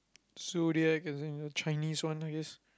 zodiac as in the Chinese one I guess